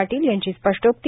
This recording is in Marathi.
पाटील यांची स्पष्टोक्ती